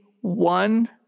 one